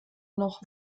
noch